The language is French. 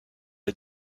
est